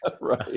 right